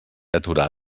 aturar